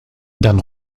dann